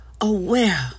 aware